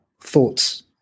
Thoughts